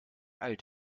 alt